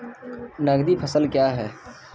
नगदी फसल क्या हैं?